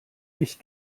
ich